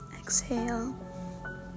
exhale